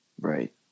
Right